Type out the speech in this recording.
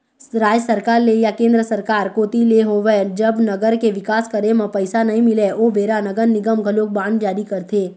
राज सरकार ले या केंद्र सरकार कोती ले होवय जब नगर के बिकास करे म पइसा नइ मिलय ओ बेरा नगर निगम घलोक बांड जारी करथे